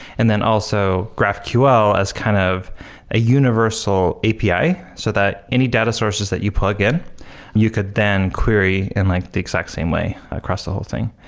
and then also graphql as kind of a universal api so that any data sources that you plug in you could then query in like the exact same way across the whole thing,